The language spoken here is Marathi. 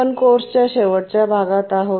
आपण कोर्सच्या शेवटच्या भागात आहोत